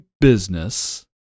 business